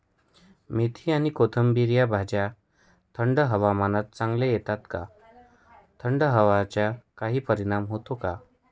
मेथी आणि कोथिंबिर या भाज्या थंड हवामानात चांगल्या येतात का? थंड हवेचा काही परिणाम होतो का?